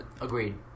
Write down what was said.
agreed